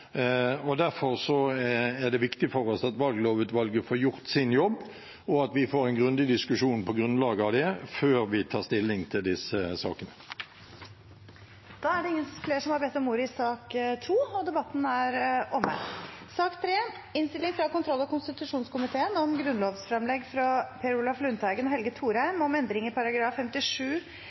Derfor er det viktig for oss at valglovutvalget får gjort sin jobb, og at vi får en grundig diskusjon på grunnlag av det før vi tar stilling til disse sakene. Flere har ikke bedt om ordet til sak nr. 2. Dette grunnlovsforslaget, fremja av Per Olaf Lundteigen og Helge Thorheim, gjeld endring i § 57 femte ledd i Grunnlova, og føremålet med forslaget er at berre norske borgarar skal reknast med i mandatfordelinga til Stortinget. Grunnlova § 57